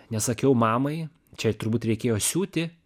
nesakiau mamai čia turbūt reikėjo siūti